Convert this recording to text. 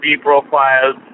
Profiles